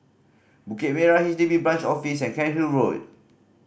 Bukit Merah H D B Branch Office and Cairnhill Road